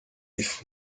ifu